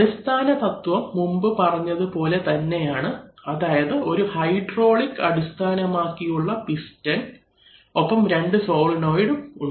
അടിസ്ഥാന തത്വം മുൻപ് പറഞ്ഞത് പോലെ തന്നെയാണ് അതായത് ഒരു ഹൈഡ്രോളിക് അടിസ്ഥാനമാക്കിയുള്ള പിസ്റ്റൺ ഒപ്പം 2 സോളിനോയ്ഡ് ഉണ്ട്